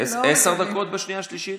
בקריאה שנייה ושלישית,